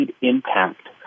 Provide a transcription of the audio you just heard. impact